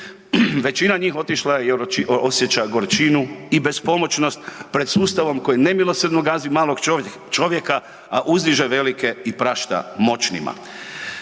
Većina njih otišla je i osjeća gorčinu i bespomoćnost pred sustavom koji nemilosrdno gazi malog čovjeka, a uzdiže velike i prašta moćnika.